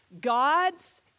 God's